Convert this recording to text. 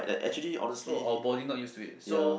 so our body not used to it so